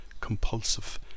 compulsive